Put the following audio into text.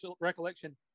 recollection